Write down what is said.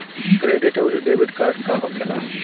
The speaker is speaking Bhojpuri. क्रेडिट आउरी डेबिट कार्ड का होखेला?